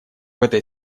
этой